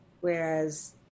whereas